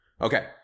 Okay